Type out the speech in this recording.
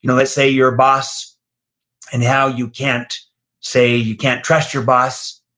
you know let's say your boss and how you can't say, you can't trust your boss.